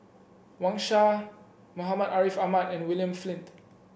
Wang Sha Muhammad Ariff Ahmad and William Flint